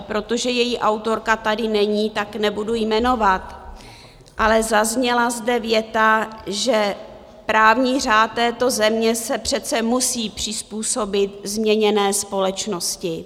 Protože její autorka tady není, tak nebudu jmenovat, ale zazněla zde věta, že právní řád této země se přece musí přizpůsobit změněné společnosti.